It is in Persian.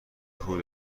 خوبی